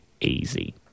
Easy